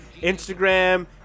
Instagram